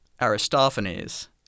Aristophanes